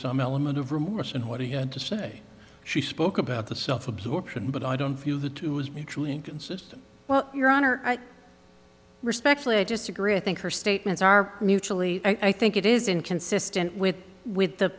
some element of remorse in what he had to say she spoke about the self absorption but i don't feel the two was mutually inconsistent well your honor i respectfully disagree i think her statements are mutually i think it is inconsistent with with the